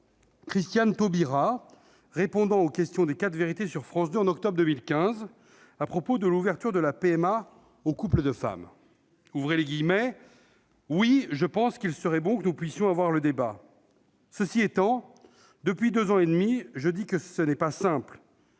Christiane Taubira répondant aux questions des sur France 2, en octobre 2015 à propos de l'ouverture de la PMA aux couples de femmes. « Oui, je pense qu'il serait bon que nous puissions avoir le débat. Ceci étant, depuis deux ans et demi je dis que ce n'est pas simple.